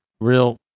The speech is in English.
real